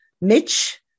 Mitch